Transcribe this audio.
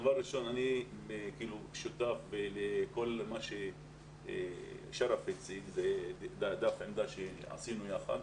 אני שותף לכל מה ששרף הציג וזאת עמדה אליה הגענו ביחד.